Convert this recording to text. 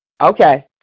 Okay